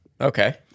Okay